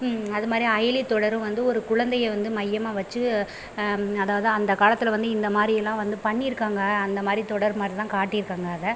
அது மாதிரி அயலி தொடரும் வந்து ஒரு குழந்தையை வந்து மையமாக வச்சு அதாவது அந்த காலத்தில் வந்து இந்த மாதிரிலாம் வந்து பண்ணியிருக்காங்க அந்த மாதிரி தொடர் மாதிரிதான் காட்டியிருக்காங்க அதை